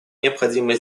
необходимо